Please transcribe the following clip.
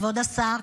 כבוד השר,